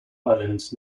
islands